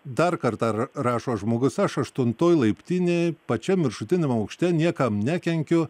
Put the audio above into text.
dar kartą ra rašo žmogus aš aštuntoj laiptinėj pačiam viršutiniam aukšte niekam nekenkiu